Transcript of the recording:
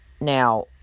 Now